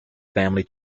family